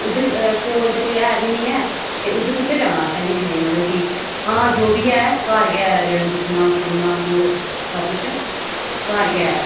उद्धर कोल ते कोई है गै निं ऐ उद्धर कुत्थै जाना असें दिक्खने गी फ्ही भाई हां जो बी ऐ घर गै दिक्खना सुनना जो सब किश घर गै ऐ